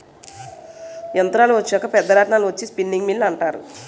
యంత్రాలు వచ్చాక పెద్ద రాట్నాలు వచ్చి స్పిన్నింగ్ మిల్లు అంటారు